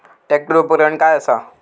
Tractor उपकरण काय असा?